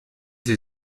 sie